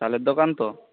চালের দোকান তো